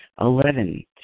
Eleven